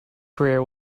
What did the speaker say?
career